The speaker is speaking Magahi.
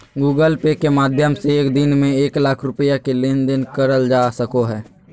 गूगल पे के माध्यम से एक दिन में एक लाख रुपया के लेन देन करल जा सको हय